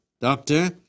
doctor